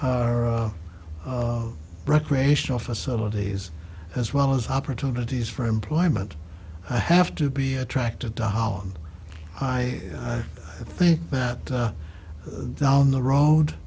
are recreational facilities as well as opportunities for employment i have to be attracted to holland i think that down the road